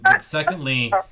secondly